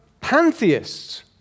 pantheists